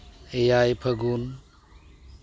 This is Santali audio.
ᱮᱭᱟᱭ ᱯᱷᱟᱹᱜᱩᱱ